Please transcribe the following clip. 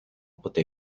poté